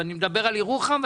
אני מדבר על ירוחם,